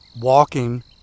walking